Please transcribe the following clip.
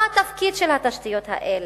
מה התפקיד של התשתיות האלה?